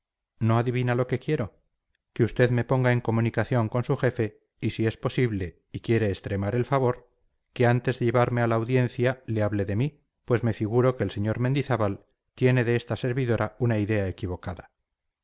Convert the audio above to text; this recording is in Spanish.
no adivina lo que quiero que usted me ponga en comunicación con su jefe y si es posible y quiere extremar el favor que antes de llevarme a la audiencia le hable de mí pues me figuro que el sr mendizábal tiene de esta servidora una idea equivocada